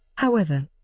however,